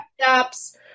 steps